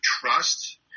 trust